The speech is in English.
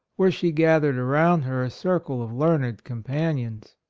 where she gathered around her a circle of learned companions.